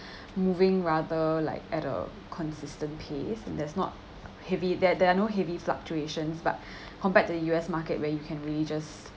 moving rather like at a consistent pace and that's not heavy that there are no heavy fluctuations but compared to the U_S market where you can really just